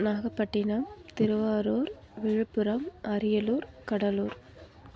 Nagapattinam Thiruvarur Villupuram Ariyalur Cuddalore